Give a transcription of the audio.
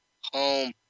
home